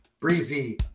Breezy